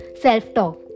self-talk